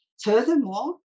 Furthermore